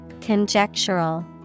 Conjectural